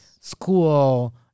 School